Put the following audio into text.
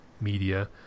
media